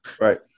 right